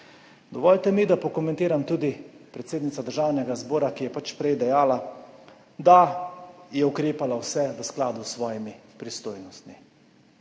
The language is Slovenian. Dovolite mi, da pokomentiram tudi predsednico Državnega zbora, ki je prej dejala, da je ukrepala v skladu s svojimi pristojnostmi.